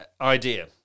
idea